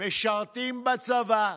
משרתים בצבא,